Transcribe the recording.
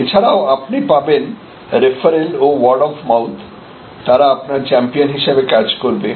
এছাড়াও আপনি পাবেন রেফারেল ও ওয়ার্ড অফ মাউথতারা আপনার চ্যাম্পিয়ন হিসাবে কাজ করবে